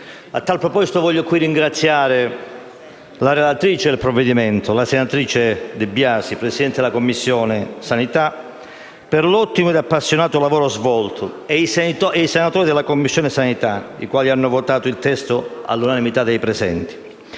A tal proposito, voglio qui ringraziare la relatrice del provvedimento, la senatrice De Biasi, presidente della Commissione sanità, per l'ottimo e appassionato lavoro svolto, nonché i senatori della Commissione sanità, i quali hanno votato il testo all'unanimità dei presenti,